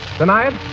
Tonight